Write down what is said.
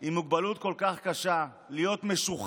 עם מוגבלות כל כך קשה, ולהיות משוחרר